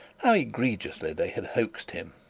how egregiously they had hoaxed him.